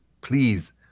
please